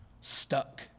stuck